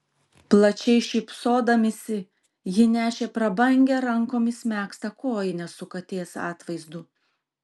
plačiai šypsodamasi ji nešė prabangią rankomis megztą kojinę su katės atvaizdu